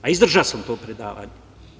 Izdržao sam to predavanje.